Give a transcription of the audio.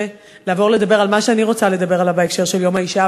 לעבור לדבר על מה שאני רוצה לדבר עליו בהקשר של יום האישה,